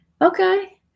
okay